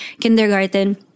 kindergarten